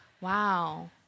Wow